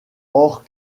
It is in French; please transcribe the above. hors